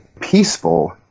peaceful